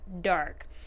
dark